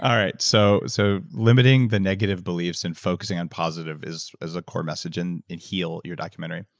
um right, so so limiting the negative beliefs and focusing on positive is is a core message in in heal, your documentary.